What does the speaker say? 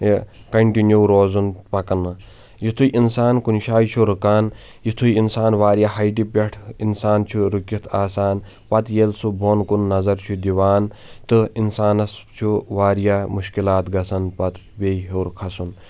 یہِ کنٹِنیوٗ روزُن پکَنہٕ یِتھُے انسان کُنہِ شایہِ چھُ رُکان یِتھُے انسان واریاہ ہایٚٹہِ پٮ۪ٹھ انسان چھُ رُکِتھ آسان پتہٕ ییٚلہِ سُہ بۄن کُن نظر چھُ دِوان تہٕ انسانس چھُ واریاہ مشکلات گژھان پتہٕ بیٚیہ ہور کھسُن